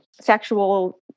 sexual